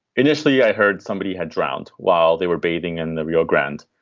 initially, i heard somebody had drowned while they were bathing in the rio grande.